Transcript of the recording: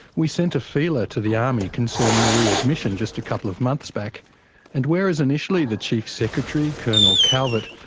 we sent a feeler to the army concerning re-admission just a couple of months back and whereas initially the chief secretary, colonel calvert,